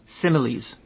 similes